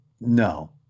no